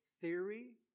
theory